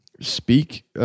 speak